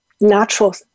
natural